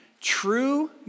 true